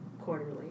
quarterly